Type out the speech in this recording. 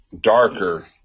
darker